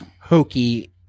hokey